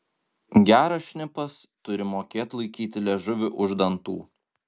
geras šnipas turi mokėt laikyti liežuvį už dantų